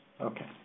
Okay